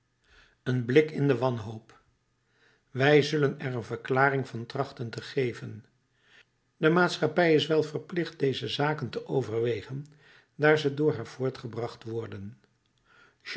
een blik in de wanhoop wij zullen er een verklaring van trachten te geven de maatschappij is wel verplicht deze zaken te overwegen daar ze door haar voortgebracht worden